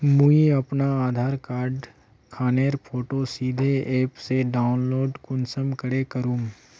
मुई अपना आधार कार्ड खानेर फोटो सीधे ऐप से डाउनलोड कुंसम करे करूम?